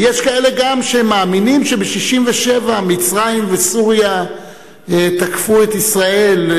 ויש גם כאלה שמאמינים שב-67' מצרים וסוריה תקפו את ישראל,